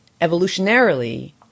evolutionarily